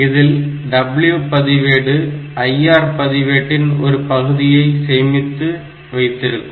இதில் W பதிவேடு IR பதிவேட்டின் ஒரு பகுதியை சேமித்து வைத்திருக்கும்